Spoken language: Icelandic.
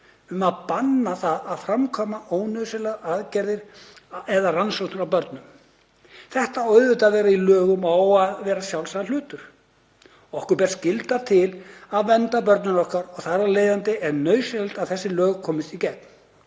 um að banna að framkvæma ónauðsynlegar aðgerðir eða rannsóknir á börnum. Þetta á auðvitað að vera í lögum og á að vera sjálfsagður hlutur. Okkur ber skylda til að vernda börnin okkar. Þar af leiðandi er nauðsynlegt að þessi lög komist í gegn.